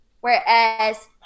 whereas